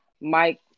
Mike